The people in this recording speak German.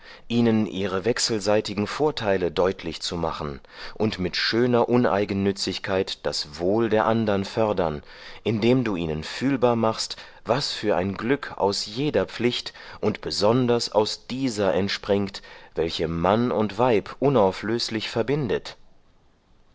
ihnen ihre wechselseitigen vorteile deutlich zu machen und mit schöner uneigennützigkeit das wohl der andern fördern indem du ihnen fühlbar machst was für ein glück aus jeder pflicht und besonders aus dieser entspringt welche mann und weib unauflöslich verbindet